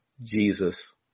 jesus